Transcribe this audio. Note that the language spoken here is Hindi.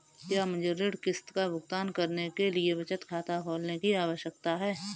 क्या मुझे ऋण किश्त का भुगतान करने के लिए बचत खाता खोलने की आवश्यकता है?